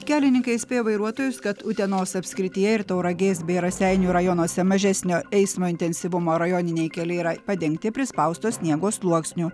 kelininkai įspėja vairuotojus kad utenos apskrityje ir tauragės bei raseinių rajonuose mažesnio eismo intensyvumo rajoniniai keliai yra padengti prispausto sniego sluoksniu